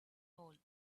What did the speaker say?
hole